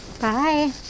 Bye